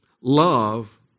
Love